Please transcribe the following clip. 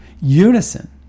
unison